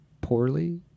poorly